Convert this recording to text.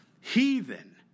heathen